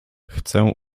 chcę